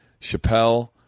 Chappelle